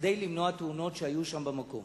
כדי למנוע תאונות, כמו שהיו במקום,